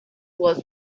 was